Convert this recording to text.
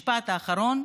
משפט אחרון.